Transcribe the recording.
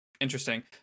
interesting